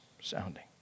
sounding